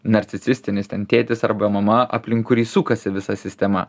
narcisistinis ten tėtis arba mama aplink kurį sukasi visa sistema